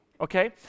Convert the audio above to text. Okay